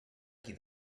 qui